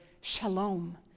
shalom